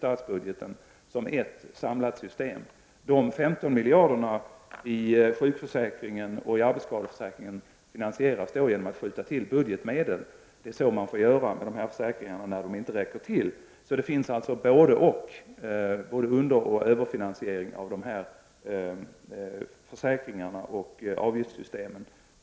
statsbudgeten, som ett samlat system. De 15 miljarderna i underskott i sjukförsäkringen och arbetsskadeförsäkringen finansieras genom att man skjuter till budgetmedel. Det är så man får göra med dessa försäkringar, när pengarna inte räcker till. Det finns således både underoch överfinansiering av de här försäkringarna och avgiftssystemen.